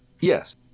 Yes